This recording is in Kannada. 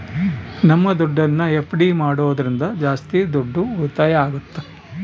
ನಮ್ ದುಡ್ಡನ್ನ ಎಫ್.ಡಿ ಮಾಡೋದ್ರಿಂದ ಜಾಸ್ತಿ ದುಡ್ಡು ಉಳಿತಾಯ ಆಗುತ್ತ